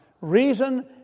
reason